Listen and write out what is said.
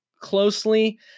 closely